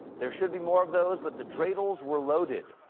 there should be more of those, but the dreidels were loaded.